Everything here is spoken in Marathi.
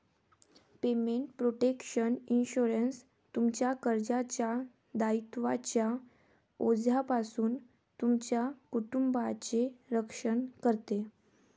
पेमेंट प्रोटेक्शन इन्शुरन्स, तुमच्या कर्जाच्या दायित्वांच्या ओझ्यापासून तुमच्या कुटुंबाचे रक्षण करते